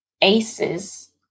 aces